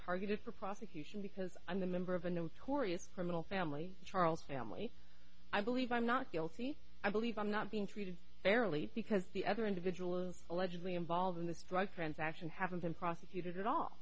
targeted for prosecution because i'm the member of a notorious criminal family charles family i believe i'm not guilty i believe i'm not being treated fairly because the other individuals allegedly involved in the strike transaction haven't been prosecuted at all